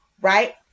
Right